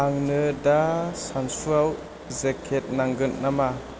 आंंनो दा सानसुआव जेकेट नांगोन नामा